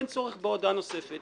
אין צורך בהודעה נוספת.